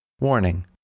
Warning